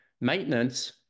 Maintenance